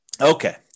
okay